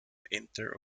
inter